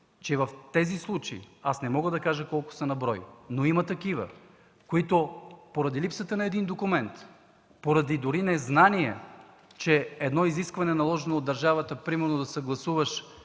че в тези случаи – аз не мога да кажа колко са на брой, но има такива, които поради липсата на един документ, дори поради незнание, че едно изискване, наложено от държавата, примерно да съгласуваш